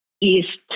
East